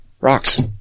Rocks